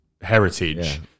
heritage